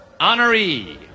honoree